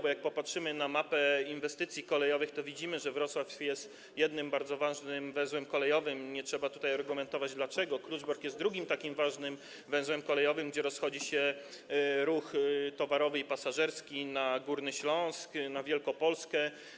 Bo jak popatrzymy na mapę inwestycji kolejowych, to widzimy, że Wrocław jest jednym bardzo ważnym węzłem kolejowym, i nie trzeba tutaj argumentować dlaczego, a Kluczbork jest drugim takim ważnym węzłem kolejowym, skąd kieruje się ruch towarowy i pasażerski na Górny Śląsk, na Wielkopolskę.